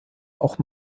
auch